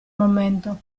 momento